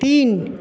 তিন